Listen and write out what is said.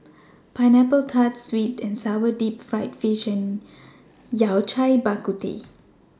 Pineapple Tart Sweet and Sour Deep Fried Fish and Yao Cai Bak Kut Teh